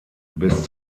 bis